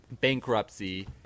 bankruptcy